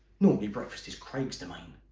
normally breakfast is craig's domain,